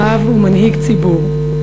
רב ומנהיג ציבור,